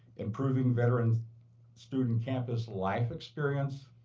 improving veteran student campus-life experience,